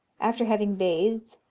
after having bathed,